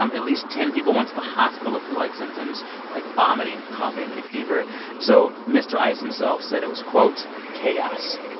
um at least ten people went to the hospital with flu-like symptoms like vomiting, coughing and fever so mr. ice himself said it was, quote, chaos.